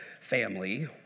family